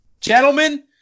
Gentlemen